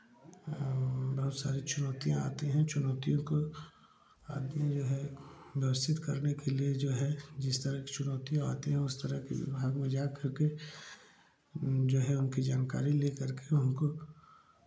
बहुत सारी चुनौतियाँ आती हैं चुनौतियों को आदमी जो है व्यवस्थित करने के लिए जो है जिस तरह कि चुनौतियाँ आती हैं उस तरह के विभाग में जा कर के जो है उनकी जानकारी ले कर के उनको